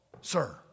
sir